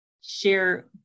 share